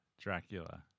Dracula